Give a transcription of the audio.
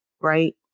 right